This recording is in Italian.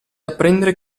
apprendere